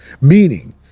Meaning